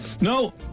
no